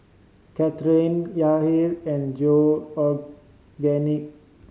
Kathryn Yahir and Georgiann